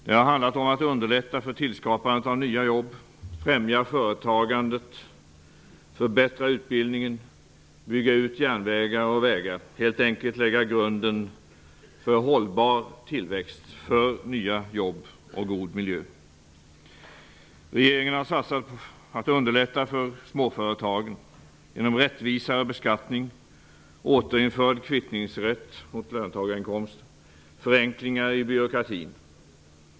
Det har handlat om att underlätta för tillskapandet av jobb, främja företagandet, förbättra utbildningen, bygga ut järnvägar och vägar -- helt enkelt lägga grunden till hållbar tillväxt, för nya jobb och god miljö. Regeringen har satsat på att underlätta för småföretag genom rättvisare beskattning, återinförd kvittningsrätt och förenklingar i byråkratin.